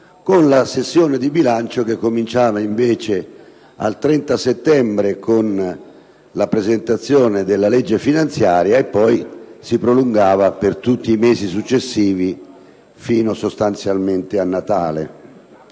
per la sessione di bilancio che cominciava, invece, il 30 settembre, con la presentazione della legge finanziaria, e poi si prolungava per tutti i mesi successivi, sostanzialmente fino al Natale.